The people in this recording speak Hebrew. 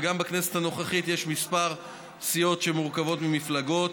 וגם בכנסת הנוכחית ישנן כמה סיעות המורכבות מכמה מפלגות,